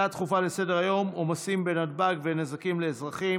הצעה דחופה לסדר-היום: עומסים בנתב"ג ונזקים לאזרחים,